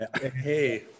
Hey